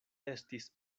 estis